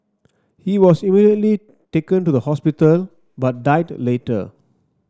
he was immediately taken to the hospital but died later